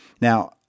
Now